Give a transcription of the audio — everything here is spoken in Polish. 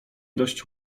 dość